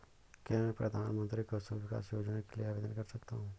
क्या मैं प्रधानमंत्री कौशल विकास योजना के लिए आवेदन कर सकता हूँ?